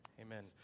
Amen